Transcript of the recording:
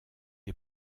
est